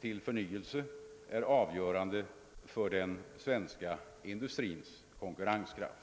till förnyelse är avgörande för den svenska industrins konkurrenskraft.